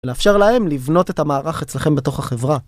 ולאפשר להם לבנות את המערך אצלכם בתוך החברה